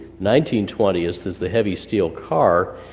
nineteen twenty is is the heavy steel car,